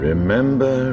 Remember